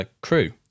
crew